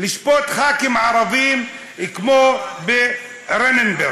לשפוט ח"כים ערבים כמו בנירנברג,